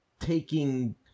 taking